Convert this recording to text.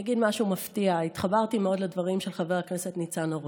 אני אגיד משהו מפתיע: התחברתי מאוד לדברים של חבר הכנסת ניצן הורוביץ.